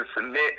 submit